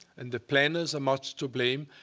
and the planners are much to blame.